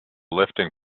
lifting